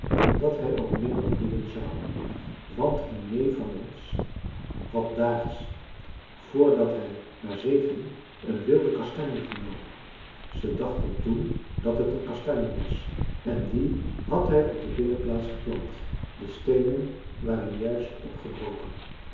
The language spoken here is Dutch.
dat hij ook nimmer bloeien zou want een neef van ons had daags voordat hij naar zee ging een wilde kastanje genomen ze dachten toen dat het een kastanje was en die had hij op de binnenplaats geplant de steenen waren juist opgebroken